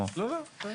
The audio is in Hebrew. לא, לא.